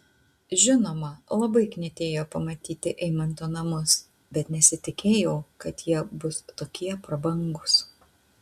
žinoma labai knietėjo pamatyti eimanto namus bet nesitikėjau kad jie bus tokie prabangūs